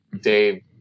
Dave